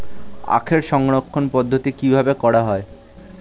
আখের সংরক্ষণ পদ্ধতি কিভাবে করা হয়?